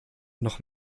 noch